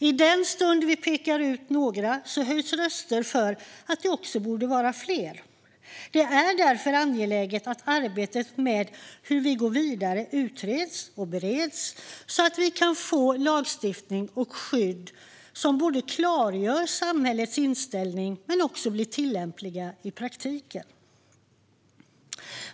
I den stund vi pekar ut några höjs röster för att det också borde vara fler. Det är därför angeläget att arbetet med hur vi går vidare utreds och bereds så att vi kan få lagstiftning och skydd som både klargör samhällets inställning och blir tillämpliga i praktiken.